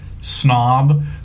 snob